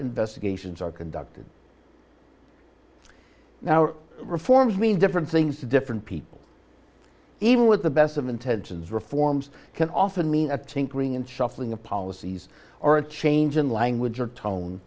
investigations are conducted now reforms mean different things to different people even with the best of intentions reforms can often mean a tinkering and shuffling of policies or a change in language or tone